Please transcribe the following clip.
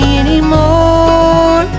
anymore